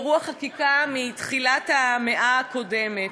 ברוח חקיקה מתחילת המאה הקודמת.